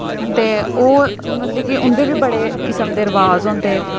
ते ओह् मतलब कि उं'दे बी बड़े किस्म दे रिवाज होंदे